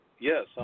yes